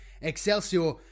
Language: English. Excelsior